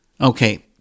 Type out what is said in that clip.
Okay